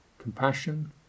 compassion